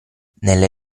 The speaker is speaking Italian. nelle